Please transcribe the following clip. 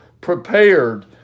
prepared